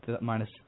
minus